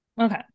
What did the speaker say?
okay